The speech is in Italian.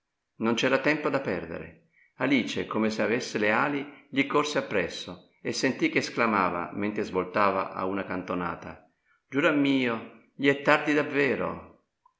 non c'era tempo da perdere alice come se avesse le ali gli corse appresso e sentì che sclamava mentre svoltava a una cantonata giurammio gli è tardi davvero